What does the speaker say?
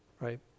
right